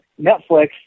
Netflix